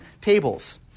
tables